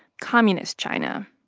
communist china,